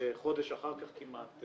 חודש אחר כך כמעט,